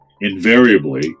invariably